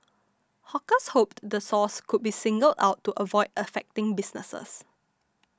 hawkers hoped the source could be singled out to avoid affecting businesses